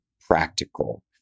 practical